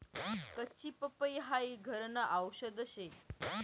कच्ची पपई हाई घरन आवषद शे